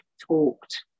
talked